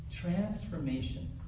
Transformation